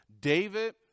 David